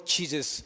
Jesus